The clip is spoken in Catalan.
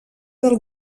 del